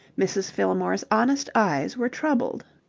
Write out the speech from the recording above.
mrs. fillmore's honest eyes were troubled.